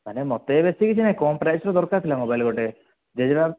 ମାନେ ମୋତେ ବେଶୀ କିଛି ନାହିଁ କମ୍ ପ୍ରାଇସ୍ର ଦରକାର ଥିଲା ମୋବାଇଲ୍ ଗୋଟେ ଜେଜେବାପା